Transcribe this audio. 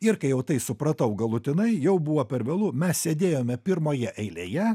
ir kai jau tai supratau galutinai jau buvo per vėlu mes sėdėjome pirmoje eilėje